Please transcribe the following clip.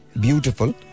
beautiful